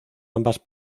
ambas